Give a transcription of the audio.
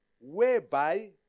whereby